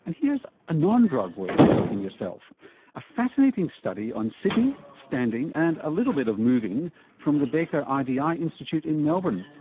and here's a non-drug way of helping yourself a fascinating study on sitting, standing and a little bit of moving from the baker ah idi institute in melbourne.